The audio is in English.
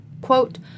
Quote